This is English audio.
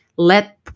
Let